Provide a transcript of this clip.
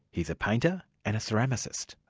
he's a painter, and a ceramicist.